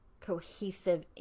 cohesive